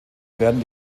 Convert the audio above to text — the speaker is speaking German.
werden